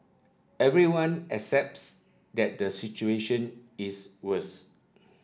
everyone accepts that the situation is worst